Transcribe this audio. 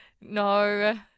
No